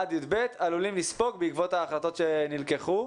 עד י"ב עלולים לספוג בעקבות ההחלטות שנלקחו.